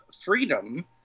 freedom